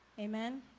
Amen